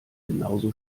genauso